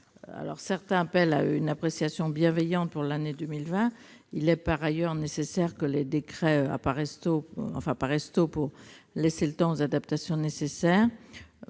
Certains appellent à une appréciation bienveillante pour l'année 2020. Il est par ailleurs nécessaire que les décrets paraissent tôt, pour laisser le temps de faire les adaptations nécessaires.